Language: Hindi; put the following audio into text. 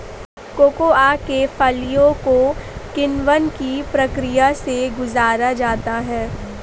कोकोआ के फलियों को किण्वन की प्रक्रिया से गुजारा जाता है